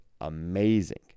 amazing